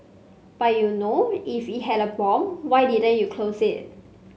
but you know if it had a bomb why didn't you close it